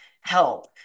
help